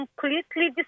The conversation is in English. completely